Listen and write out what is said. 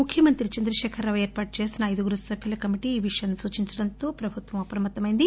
ముఖ్యమంత్రి చంద్రశేఖర రావు ఏర్పాటుచేసిన ఐదుగురు సభ్యుల కమిటీ ఈ విషయాన్ని సూచించడంతో ప్రభుత్వం అప్రమత్తమైంది